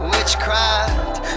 Witchcraft